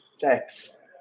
thanks